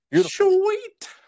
sweet